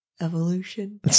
evolution